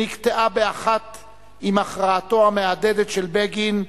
שנקטעה באחת עם הכרעתו המהדהדת של בגין: